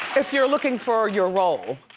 if you're looking for your role.